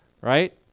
Right